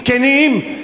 זקנים,